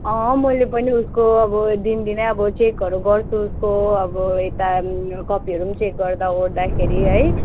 अँ मैले पनि उसको अब दिनदिनै अब चेकहरू गर्छु उसको अब यता कपीहरू पनि चेक गर्दा ओर्दाखेरि है